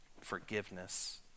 forgiveness